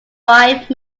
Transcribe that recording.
five